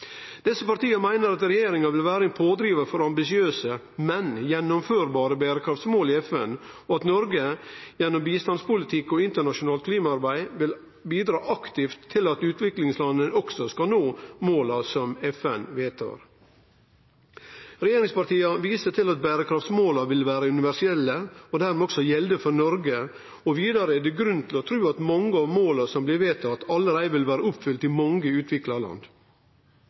Desse partia meiner at regjeringa vil vere ein pådrivar for ambisiøse, men gjennomførbare berekraftsmål i FN, og at Noreg gjennom bistandspolitikk og internasjonalt klimaarbeid vil bidra aktivt til at utviklingslanda også skal nå måla som FN vedtar. Regjeringspartia viser til at berekraftsmåla vil vere universelle, og dermed også gjelde for Noreg. Vidare er det grunn til å tru at mange av måla som blir vedtatt, allereie vil vere oppfylte i mange utvikla land.